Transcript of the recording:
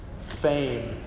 Fame